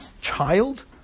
child